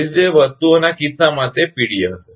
તેથી તે વસ્તુઓના કિસ્સામાં તે Pd હશે